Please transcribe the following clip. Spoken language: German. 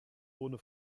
ohne